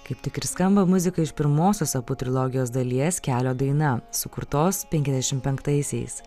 kaip tik ir skamba muzika iš pirmosios apu trilogijos dalies kelio daina sukurtos penkiasdešim penktaisiais